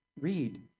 Read